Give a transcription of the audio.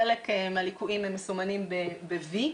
חלק מהליקויים מסומנים ב"וי",